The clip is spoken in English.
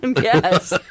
Yes